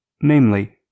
namely